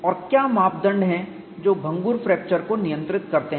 और क्या मापदंड हैं जो भंगुर फ्रैक्चर को नियंत्रित करते हैं